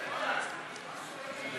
הכנסת ניסן סלומינסקי.